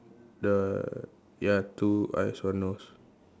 the ya two eyes one nose